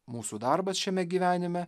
mūsų darbas šiame gyvenime